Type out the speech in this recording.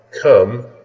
come